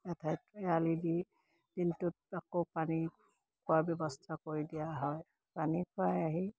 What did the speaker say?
এঠাই এৰাল দি দিনটোত আকৌ পানী খোৱাৰ ব্যৱস্থা কৰি দিয়া হয় পানী খুৱাই আহি